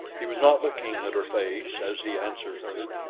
he was not looking at her face as he answered her,